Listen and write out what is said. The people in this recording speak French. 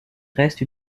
reste